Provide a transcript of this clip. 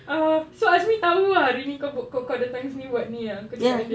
ah so azmi tahu ah hari ini kau datang sini buat ni ah kau cakap dengan dia